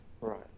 Right